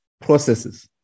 processes